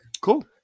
Cool